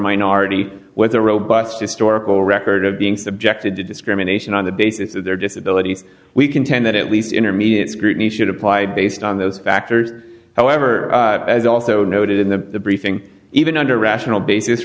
minority with a robust historical record of being subjected to discrimination on the basis of their disability we contend that at least intermediate scrutiny should apply based on those factors however as also noted in the briefing even under rational basis